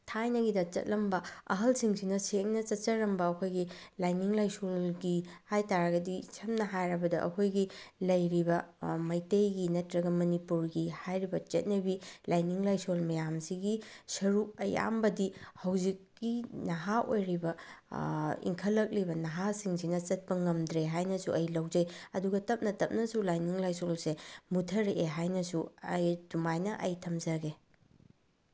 ꯊꯥꯏꯅꯒꯤꯗ ꯆꯠꯂꯝꯕ ꯑꯍꯜꯁꯤꯡꯁꯤꯅ ꯁꯦꯡꯅ ꯆꯠꯆꯔꯝꯕ ꯑꯩꯈꯣꯏꯒꯤ ꯂꯥꯏꯅꯤꯡ ꯂꯥꯏꯁꯣꯜꯒꯤ ꯍꯥꯏ ꯇꯥꯔꯒꯗꯤ ꯁꯝꯅ ꯍꯥꯏꯔꯕꯗ ꯑꯩꯈꯣꯏꯒꯤ ꯂꯩꯔꯤꯕ ꯃꯩꯇꯩꯒꯤ ꯅꯠꯇ꯭ꯔꯒ ꯃꯅꯤꯄꯨꯔꯒꯤ ꯍꯥꯏꯔꯤꯕ ꯆꯠꯅꯕꯤ ꯂꯥꯏꯅꯤꯡ ꯂꯥꯏꯁꯣꯜ ꯃꯌꯥꯝꯁꯤꯒꯤ ꯁꯔꯨꯛ ꯑꯌꯥꯝꯕꯗꯤ ꯍꯧꯖꯤꯛꯀꯤ ꯅꯍꯥ ꯑꯣꯏꯔꯤꯕ ꯏꯪꯈꯠꯂꯛꯂꯤꯕ ꯅꯍꯥꯁꯤꯡꯁꯤꯅ ꯆꯠꯄ ꯉꯝꯗ꯭ꯔꯦ ꯍꯥꯏꯅꯁꯨ ꯑꯩ ꯂꯧꯖꯩ ꯑꯗꯨꯒ ꯇꯞꯅ ꯇꯞꯅꯁꯨ ꯂꯥꯏꯅꯤꯡ ꯂꯥꯏꯁꯣꯜꯁꯦ ꯃꯨꯠꯊꯔꯛꯑꯦ ꯍꯥꯏꯅꯁꯨ ꯑꯩ ꯑꯗꯨꯃꯥꯏꯅ ꯑꯩ ꯊꯝꯖꯒꯦ